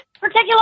particular